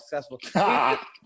successful